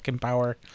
power